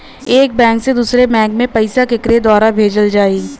एक बैंक से दूसरे बैंक मे पैसा केकरे द्वारा भेजल जाई?